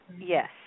Yes